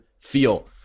feel